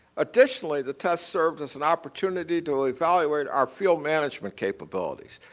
additionally, the test served as an opportunity to evaluate our field management capabilities.